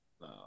no